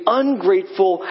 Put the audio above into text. ungrateful